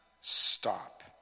stop